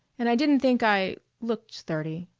and i didn't think i looked thirty.